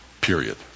Period